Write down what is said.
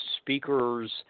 speakers